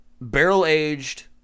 barrel-aged